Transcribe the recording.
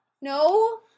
No